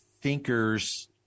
thinkers